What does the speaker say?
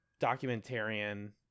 documentarian